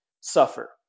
suffer